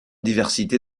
diversité